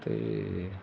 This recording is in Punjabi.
ਅਤੇ